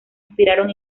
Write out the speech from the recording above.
inspiraron